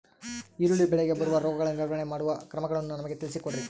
ಈರುಳ್ಳಿ ಬೆಳೆಗೆ ಬರುವ ರೋಗಗಳ ನಿರ್ವಹಣೆ ಮಾಡುವ ಕ್ರಮಗಳನ್ನು ನಮಗೆ ತಿಳಿಸಿ ಕೊಡ್ರಿ?